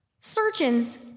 Surgeons